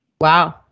Wow